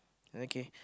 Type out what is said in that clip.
okay